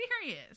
serious